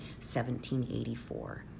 1784